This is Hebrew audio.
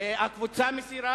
אני קובע שנוסח